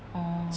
oo